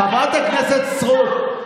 חברת הכנסת סטרוק,